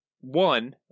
one